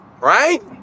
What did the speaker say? Right